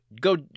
go